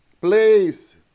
Please